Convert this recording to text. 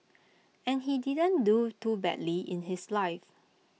and he didn't do too badly in his life